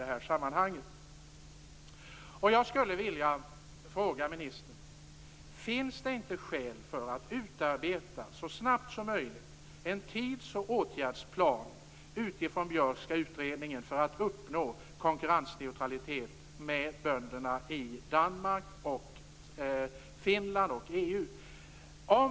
Danmark, Finland och övriga EU-länder?